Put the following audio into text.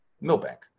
Millbank